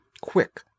Quick